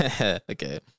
Okay